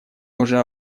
уже